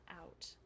out